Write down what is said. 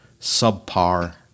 subpar